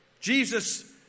Jesus